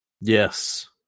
Yes